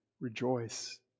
rejoice